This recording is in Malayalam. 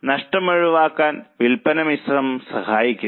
നഷ്ടം ഒഴിവാക്കാൻ വില്പന മിശ്രണം സഹായിക്കും